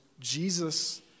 Jesus